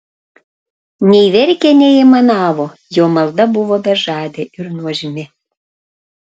nei verkė nei aimanavo jo malda buvo bežadė ir nuožmi